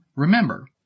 Remember